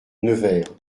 nevers